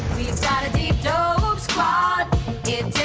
got a deep, dope squad it